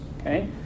Okay